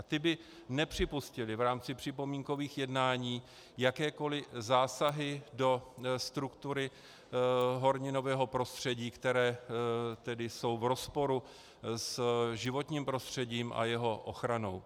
Ty by nepřipustily v rámci připomínkových jednání jakékoli zásahy do struktury horninového prostředí, které jsou v rozporu s životním prostředím a jeho ochranou.